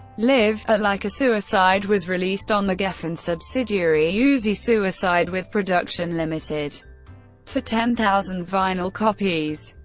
live! ah like a suicide was released on the geffen subsidiary uzi suicide, with production limited to ten thousand vinyl copies.